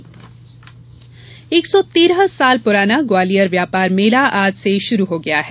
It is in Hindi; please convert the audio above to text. व्यापार मेला एक सौ तेरह साल पुराना ग्वालियर व्यापार मेला आज से शुरू हो गया है